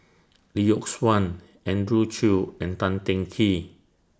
Lee Yock Suan Andrew Chew and Tan Teng Kee